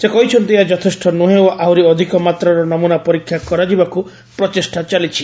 ସେ କହିଛନ୍ତି ଏହା ଯଥେଷ୍ଟ ନୁହେଁ ଓ ଆହୁରି ଅଧିକ ମାତ୍ରାରେ ନମୁନା ପରୀକ୍ଷା କରାଯିବାକୁ ପ୍ରଚେଷ୍ଟା ଚାଲିଛି